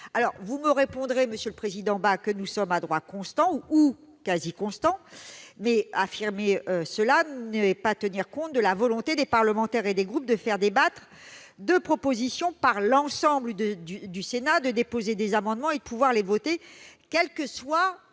Vous allez me répondre, monsieur le président Bas, que nous sommes à droit constant ou quasi constant. Mais une telle affirmation ne tient pas compte de la volonté des parlementaires et des groupes de faire débattre de propositions par l'ensemble du Sénat, de déposer des amendements et de pouvoir les voter, quelle que soit